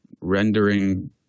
rendering